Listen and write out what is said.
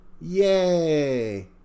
Yay